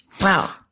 Wow